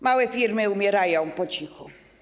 Małe firmy umierają po cichu.